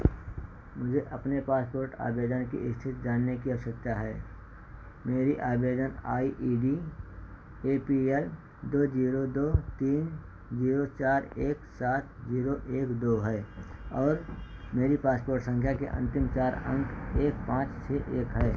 मुझे अपने पासपोर्ट आवेदन की स्थिति जानने की आवश्यकता है मेरी आवेदन I E D A P L दो जीरो दो तीन जीरो चार एक सात जीरो एक दो है और मेरी पासपोर्ट संख्या के अंतिम चार अंक एक पाँच छः एक हैं